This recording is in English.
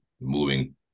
moving